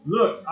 Look